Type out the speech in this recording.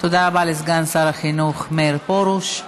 תודה רבה לסגן שר החינוך מאיר פרוש.